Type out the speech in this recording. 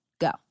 Go